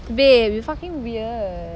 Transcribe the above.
babe you fucking weird